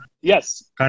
Yes